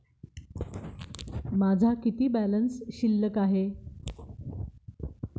माझा किती बॅलन्स शिल्लक आहे?